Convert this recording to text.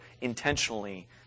intentionally